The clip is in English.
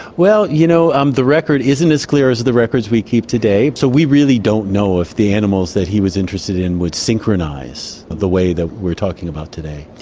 well, you know, um the record isn't as clear as the records we keep today, so we really don't know if the animals that he was interested in would synchronise the way that we are talking about today.